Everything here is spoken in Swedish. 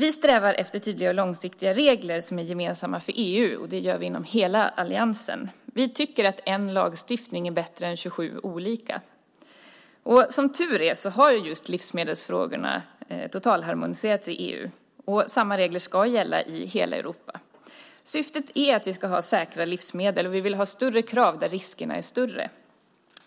Vi strävar efter tydliga och långsiktiga regler som är gemensamma för EU, och det gör vi inom hela alliansen. Vi tycker att en lagstiftning är bättre än 27 olika. Som tur är har just livsmedelsfrågorna totalharmoniserats i EU. Samma regler ska gälla i hela Europa. Syftet är att vi ska ha säkra livsmedel. Vi vill ha större krav där riskerna är större.